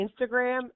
Instagram